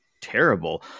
terrible